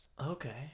Okay